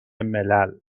ملل